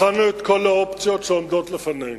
בחנו את כל האופציות שעומדות לפנינו.